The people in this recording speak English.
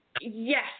Yes